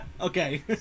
Okay